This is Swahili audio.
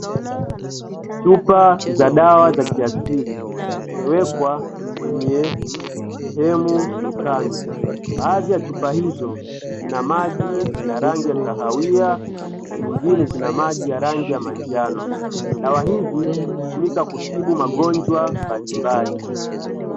Chupa za dawa za kiasili zimewekwa kwenye sehemu dukani. Baadhi ya chupa hizo zina maji ya rangi ya kahawia na nyingine zina maji ya rangi ya manjano. Dawa hizi hutumika kutibu magonjwa mbalimbali.